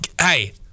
Hey